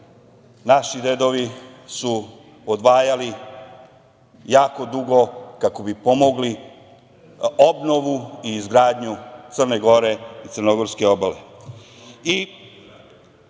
naši dedovi su odvajali jako dugo kako bi pomogli obnovu i izgradnju Crne Gore i crnogorske obale.